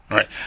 Right